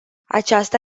aceasta